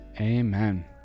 Amen